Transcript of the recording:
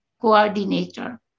coordinator